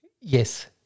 Yes